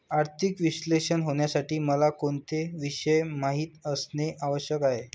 आर्थिक विश्लेषक होण्यासाठी मला कोणते विषय माहित असणे आवश्यक आहे?